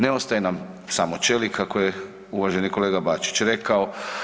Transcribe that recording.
Ne ostaje nam samo čelik kako je uvaženi kolega Bačić rekao.